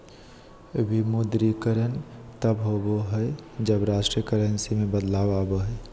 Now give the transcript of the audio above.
विमुद्रीकरण तब होबा हइ, जब राष्ट्रीय करेंसी में बदलाव आबा हइ